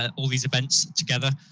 ah all these events together